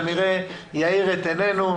כנראה יאיר את עינינו,